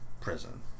Prison